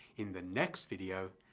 in the next video,